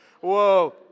whoa